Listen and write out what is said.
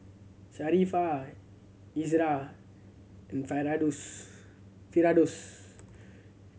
Sharifah Izzara and Firdaus